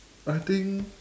I think